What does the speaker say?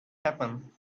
happen